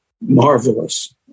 marvelous